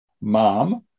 mom